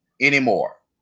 anymore